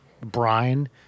brine